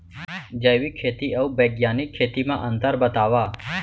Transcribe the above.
जैविक खेती अऊ बैग्यानिक खेती म अंतर बतावा?